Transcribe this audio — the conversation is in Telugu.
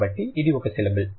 కాబట్టి ఇది ఒక సిలబుల్